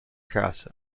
casa